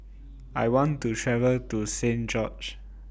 I want to travel to Saint George's